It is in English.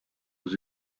was